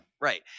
Right